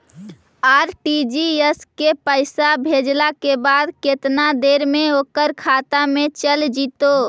RTGS से पैसा भेजला के बाद केतना देर मे ओकर खाता मे चल जितै?